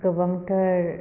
गोबांथार